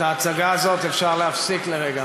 את ההצגה הזאת אפשר להפסיק לרגע,